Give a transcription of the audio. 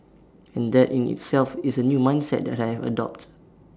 and that in itself is A new mindset that I have adopt